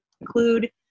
include